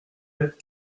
lettre